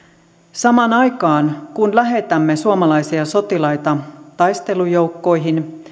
samaan aikaan kun lähetämme suomalaisia sotilaita taistelujoukkoihin